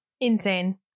Insane